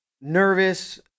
nervous